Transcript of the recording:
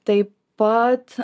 taip pat